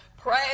pray